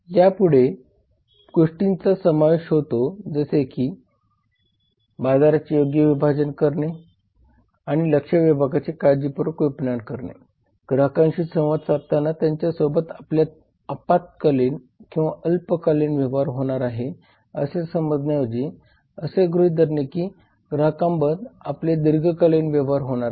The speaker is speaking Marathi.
यामध्ये पुढील गोष्टींचा समावेश होतो जसे की बाजाराचे योग्य विभाजन करणे आणि लक्षित विभागाचे काळजीपूर्वक विपणन करणे ग्राहकांशी संवाद साधताना त्यांच्या सोबत आपले अल्पकालीन व्यवहार होणार आहे असे समजण्याऐवजी असे गृहीत धरणे की ग्राहकांसोबत आपले दीर्घकालीन व्यवहार होणार आहेत